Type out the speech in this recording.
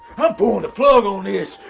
i'm pulling the plug on this!